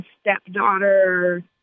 stepdaughter